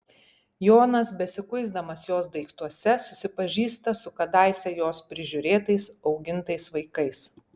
jonas besikuisdamas jos daiktuose susipažįsta su kadaise jos prižiūrėtais augintais vaikais